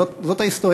זאת ההיסטוריה.